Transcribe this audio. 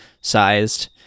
sized